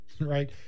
right